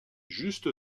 juste